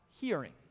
hearing